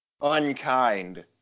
unkind